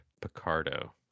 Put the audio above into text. Picardo